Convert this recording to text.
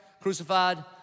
crucified